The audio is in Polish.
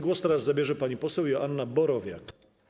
Głos zabierze pani poseł Joanna Borowiak.